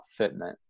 fitment